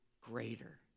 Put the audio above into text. greater